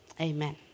amen